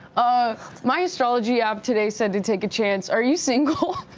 um my astrology app today said to take a chance. are you single?